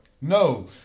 No